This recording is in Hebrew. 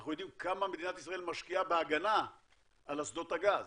אנחנו יודעים כמה מדינת ישראל משקיעה בהגנה על שדות הגז,